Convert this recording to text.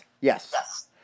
yes